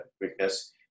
weakness